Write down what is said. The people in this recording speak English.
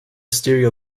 stereo